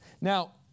Now